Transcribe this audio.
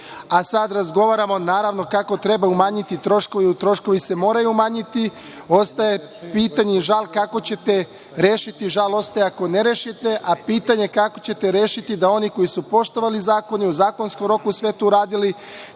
a sada razgovaramo, naravno, kako treba umanjiti troškove jer troškovi se moraju umanjiti. Ostaje pitanje i žal kako ćete rešiti, žal ostaje ako ne rešite, a pitanje kako ćete rešiti da oni koji su poštovali zakone i u zakonskom roku sve to uradili,